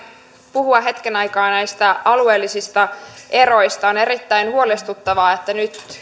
puhua hetken aikaa näistä alueellisista eroista on erittäin huolestuttavaa että nyt